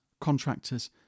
contractors